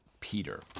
Peter